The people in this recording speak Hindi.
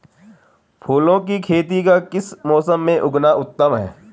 फूलों की खेती का किस मौसम में उगना उत्तम है?